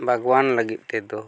ᱵᱟᱜᱽᱣᱟᱱ ᱞᱟᱹᱜᱤᱫ ᱛᱮᱫᱚ